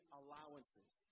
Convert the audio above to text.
allowances